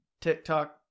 TikTok